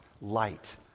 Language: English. light